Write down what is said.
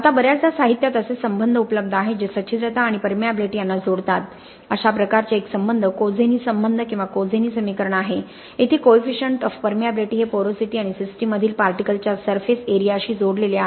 आता बर्याचदा साहित्यात असे संबंध उपलब्ध आहेत जे सच्छिद्रता आणि परमियाबीलिटी यांना जोडतात अशा प्रकारचे एक संबंध कोझेनी संबंध किंवा कोझेनी समीकरण आहे येथे कोइफिशांट ऑफ परमियबिलिटी हे पोरोसिटी आणि सिस्टिम मधील पार्टिकल च्या सर्फेस एरिया शी जोडलेले आहेत